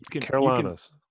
Carolinas